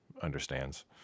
understands